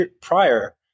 prior